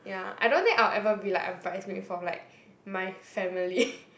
ya I don't think I'll ever be like a bridesmaid for like my family